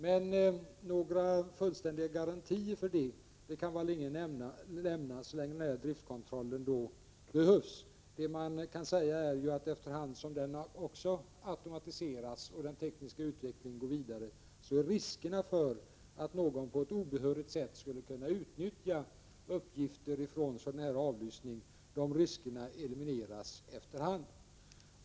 Men några fullständiga garantier för det kan väl ingen lämna så länge som denna driftkontroll behövs. Vad man kan säga är att efter hand som också denna automatiseras och den tekniska utvecklingen går vidare kommer riskerna för att någon på ett obehörigt sätt skall kunna utnyttja uppgifter från sådan här avlyssning att elimineras.